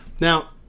Now